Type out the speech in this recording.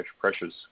pressures